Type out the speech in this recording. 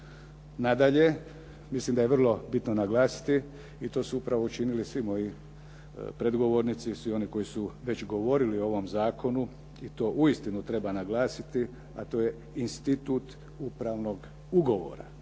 Nadalje, mislim da je vrlo bitno naglasiti i to su upravo učinili svi moji predgovornici, svi oni koji su već govorili o ovom zakonu i to uistinu treba naglasiti, a to je institut upravnog ugovora.